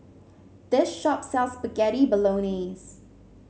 this shop sells Spaghetti Bolognese